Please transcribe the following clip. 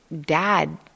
dad